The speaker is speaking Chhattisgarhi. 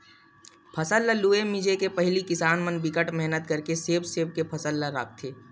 फसल ल लूए मिजे के पहिली किसान मन बिकट मेहनत करके सेव सेव के फसल ल राखथे